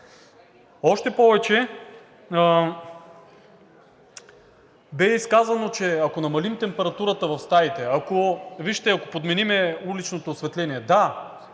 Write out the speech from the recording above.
Още повече бе изказано, че ако намалим температурата в стаите, вижте, ако подменим уличното осветление – да,